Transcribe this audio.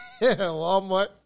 Walmart